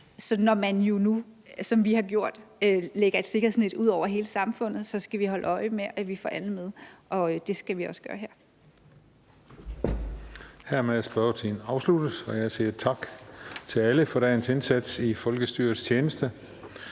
de huller, der er, som vi jo har gjort ved at lægge et sikkerhedsnet ud under hele samfundet og ved at holde øje med, at vi får alle med. Og det skal vi også gøre her.